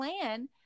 plan